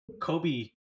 Kobe